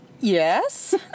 Yes